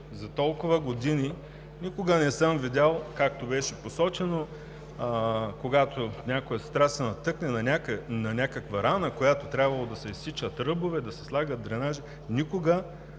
за толкова години никога не съм видял, както беше посочено, когато някоя сестра се натъкне на някаква рана, от която е трябвало да се изсичат ръбове, да се слагат дренажи, никога